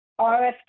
RFK